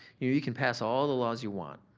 you you can pass all the laws you want